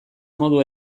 modu